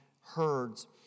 herds